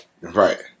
Right